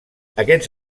aquests